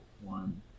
one